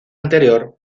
anterior